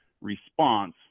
response